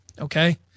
okay